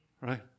Right